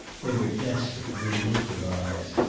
they were desperate, vindictive eyes.